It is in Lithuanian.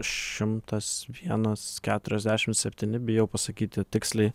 šimtas vienas keturiasdešim septyni bijau pasakyti tiksliai